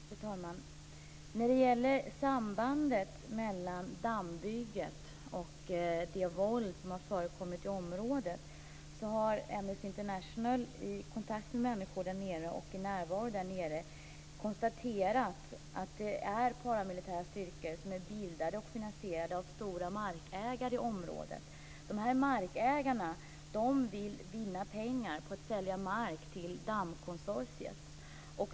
Fru talman! När det gäller sambandet mellan dammbygget och det våld som har förekommit i området har Amnesty International, i kontakt med människor och genom närvaro där nere, konstaterat att det finns paramilitära styrkor som är bildade och finansierade av stora markägare i området. De här markägarna vill vinna pengar på att sälja mark till dammkonsortiet.